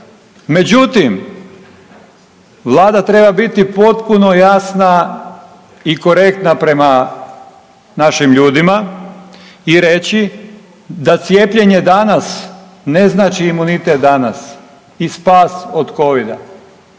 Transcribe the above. Međutim, vlada treba biti potpuno jasna i korektna prema našim ljudima i reći da cijepljenje danas ne znači imunitet danas i spas od covida,